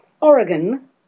Oregon